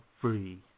free